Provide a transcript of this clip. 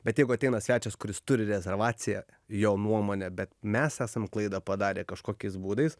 bet jeigu ateina svečias kuris turi rezervaciją jo nuomone bet mes esam klaidą padarę kažkokiais būdais